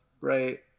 right